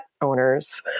owners